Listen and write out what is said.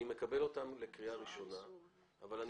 אני מקבל אותם לקריאה ראשונה אבל אני